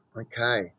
Okay